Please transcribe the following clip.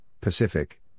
Pacific